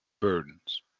burdens